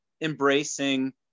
embracing